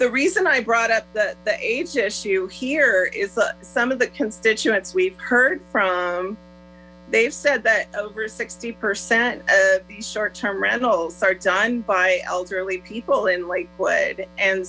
the reason i brought up the age issue here is some of the constituents we've heard from they've said that over sixty percent of these short term rentals are done by elderly people in lakewood and